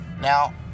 Now